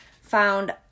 found